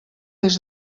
des